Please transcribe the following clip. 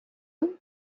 eux